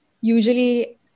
usually